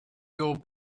your